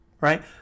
right